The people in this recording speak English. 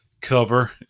cover